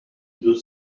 deux